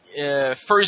First